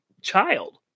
child